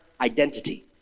identity